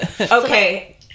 Okay